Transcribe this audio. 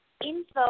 info